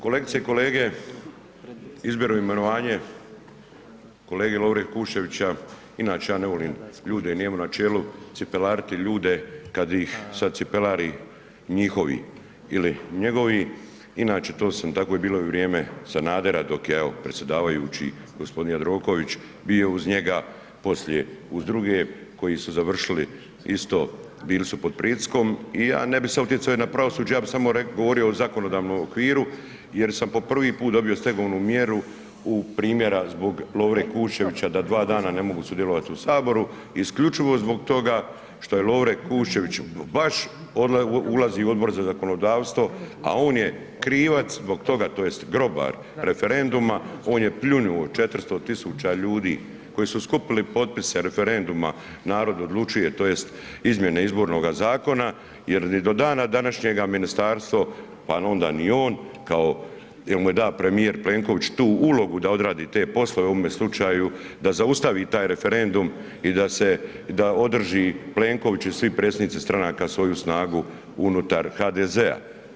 Kolegice i kolege izbor i imenovanje kolege Lovre Kuščevića, inače ja ne volim ljude, nije mi u načelu cipelariti ljude kad ih sad cipelari njihovi ili njegovi, inače to sam tako je bilo u vrijeme Sanadera dok je evo predsjedavajući gospodin Jandroković bio uz njega, poslije uz druge koji su završili isto bilo su pod pritiskom i ja ne bi se utjeco na pravosuđe ja bi samo reko, govorio o zakonodavnom okviru jer sam po prvi put dobio stegovnu mjeru u primjera zbog Lovre Kuščevića da dva dana ne mogu sudjelovati u saboru isključivo zbog toga što je Lovre Kuščević baš ulazio u Odbor za zakonodavstvo, a on je krivac zbog toga, tj. grobar referenduma on je pljuno 400.000 ljudi koji su skupili potpise referenduma narod odlučuje tj. izmjene izbornoga zakona jer ni do dana današnjega ministarstvo, pa onda ni on kao jel mu je dao premijer Plenković tu ulogu da odradi te poslove u ovome slučaju da zaustavi taj referendum i da se da održi Plenković i svi predsjednici stranaka svoju snagu unutar HDZ-a.